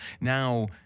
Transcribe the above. Now